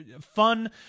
fun